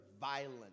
violent